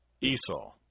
Esau